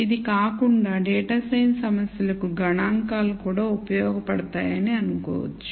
ఇది కాకుండా డేటా సైన్స్సమస్యలకు గణాంకాలు కూడా ఉపయోగపడతాయని అనుకోవచ్చు